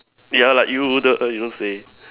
ya like you the the you don't say